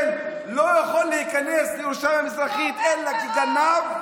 שר במדינת ישראל לא יכול להיכנס לירושלים המזרחית אלא כגנב.